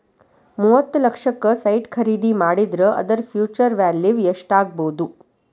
ಮೂವತ್ತ್ ಲಕ್ಷಕ್ಕ ಸೈಟ್ ಖರಿದಿ ಮಾಡಿದ್ರ ಅದರ ಫ್ಹ್ಯುಚರ್ ವ್ಯಾಲಿವ್ ಯೆಸ್ಟಾಗ್ಬೊದು?